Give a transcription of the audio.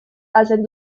hacen